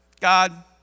God